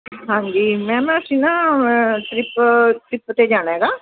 ਹਾਂਜੀ ਮੈਮ ਅਸੀਂ ਨਾ ਟ੍ਰਿਪ ਟ੍ਰਿਪ 'ਤੇ ਜਾਣਾ ਹੈਗਾ